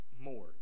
more